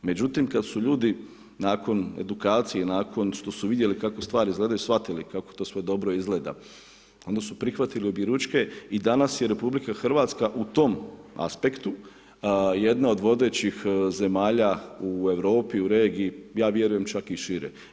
Međutim, kada su ljudi nakon edukacije i nakon što su vidjeli kako stvari izgledaju shvatili kako to sve dobro izgleda, onda su prihvatili obje ručak i danas je RH u tom aspektu jedna od vodećih zemalja u Europi, u regiji, ja vjerujem čak i šire.